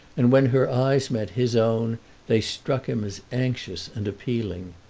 and when her eyes met his own they struck him as anxious and appealing.